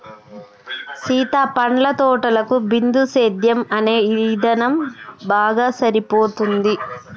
సీత పండ్ల తోటలకు బిందుసేద్యం అనే ఇధానం బాగా సరిపోతుంది